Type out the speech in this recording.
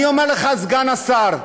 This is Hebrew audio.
אני אומר לך, סגן השר,